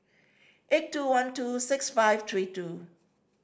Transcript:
eight two one two six five three two